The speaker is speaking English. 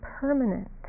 permanent